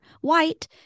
white